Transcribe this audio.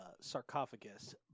sarcophagus